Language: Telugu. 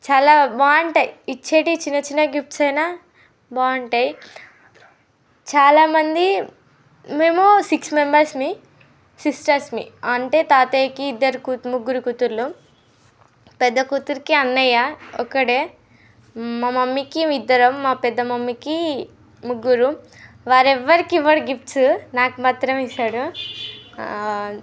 చాలా బాగుంటాయి ఇచ్చేవి చిన్నచిన్న గిఫ్ట్స్ అయినా బాగుంటాయి చాలా మంది మేము సిక్స్ మెంబర్స్మి సిస్టర్స్మి అంటే తాతయ్యకి ఇద్దరు కూత్ ముగ్గురు కూతుళ్ళు పెద్ద కూతురికి అన్నయ్య ఒక్కడే మా మమ్మీకి ఇద్దరం మా పెద్ద మమ్మీకి ముగ్గురు వారెవ్వరికీ ఇవ్వడు గిఫ్ట్స్ నాకు మాత్రమే ఇస్తాడు